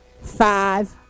five